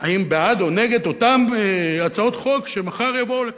האם בעד או נגד אותן הצעות חוק שמחר יבואו לכאן,